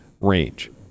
range